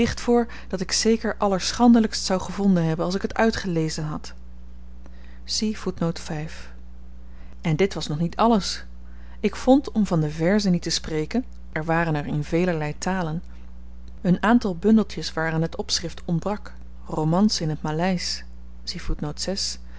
dat ik zeker allerschandelykst zou gevonden hebben als ik t uitgelezen had en dit was nog niet alles ik vond om van de verzen niet te spreken er waren er in velerlei talen een aantal bundeltjes waaraan het opschrift ontbrak romancen in het